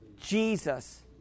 Jesus